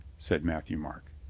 said matthieu-marc.